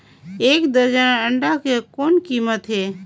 एक दर्जन अंडा के कौन कीमत हे?